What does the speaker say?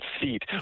seat